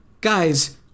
guys